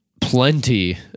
plenty